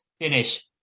finish